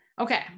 okay